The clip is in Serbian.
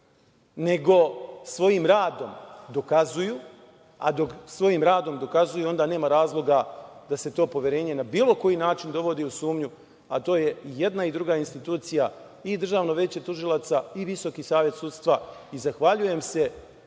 nego svojim radom dokazuju, a dok svojim radom dokazuju, onda nema razloga da se to poverenje na bilo koji način dovodi u sumnju, a to je i jedna i druga institucija, i Državno veće tužilaca i Visoki savet sudstva. Zahvaljujem se